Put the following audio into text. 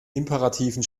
imperativen